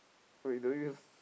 oh we don't use